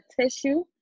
tissue